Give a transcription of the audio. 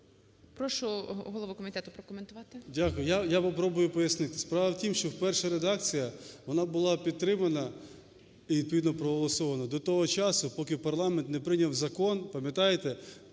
Прошу, голово комітету, прокоментувати. 13:19:06 КНЯЗЕВИЧ Р.П. Дякую. Я попробую пояснити. Справа в тім, що перша редакція, вона була підтримана і відповідно проголосована до того часу, поки парламент не прийняв Закон (пам'ятаєте?),